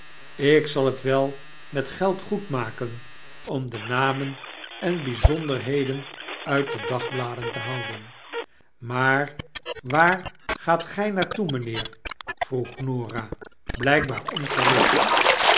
ik zal het wel met geld goedmaken om de namen en bijzonderheden uit de dagbladen te houden maar waar gaat gij naar toe mijnheer p vroeg norah blijkbaar ongerust